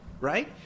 right